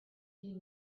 you